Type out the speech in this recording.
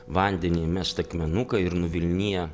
vandenį įmest akmenuką ir nuvilnija